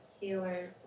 healer